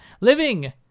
Living